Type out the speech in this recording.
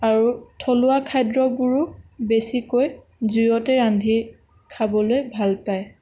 আৰু থলুৱা খাদ্যবোৰো বেছিকৈ জুইতে ৰান্ধি খাবলৈ ভাল পায়